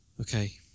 Okay